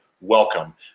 Welcome